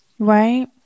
right